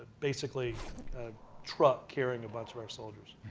basically a truck carrying a bunch of our soldiers,